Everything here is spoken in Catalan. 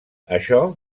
això